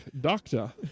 doctor